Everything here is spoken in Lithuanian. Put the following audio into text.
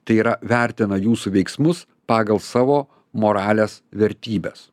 tai yra vertina jūsų veiksmus pagal savo moralės vertybes